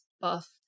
buff